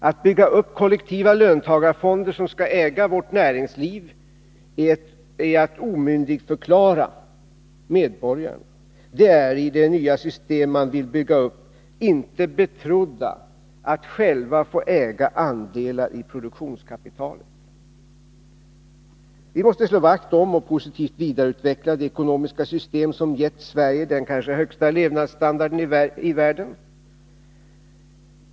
Att bygga upp kollektiva löntagarfonder som skall äga vårt näringsliv är att omyndigförklara de svenska medborgarna. De är, i det nya system socialdemokraterna vill bygga upp, inte betrodda att själva få äga andelar i produktionskapitalet. Vi måste slå vakt om och positivt vidareutveckla det ekonomiska system som gett Sverige den kanske högsta levnadsstandarden i världen.